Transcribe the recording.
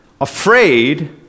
afraid